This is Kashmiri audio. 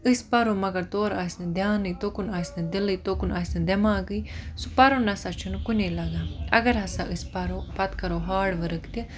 أسۍ پرو مگر تورٕ آسنہِ دیانے تُکُن آسنہِ دلے تُکُن آسنہِ دیٚماغے سُہ پَرُن نَسا چھُ نہٕ کُنے لَگان اَگَر ہَسا أسۍ پَرو پَتہ کَرو ہاڈ ورک تہِ